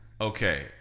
Okay